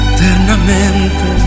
Eternamente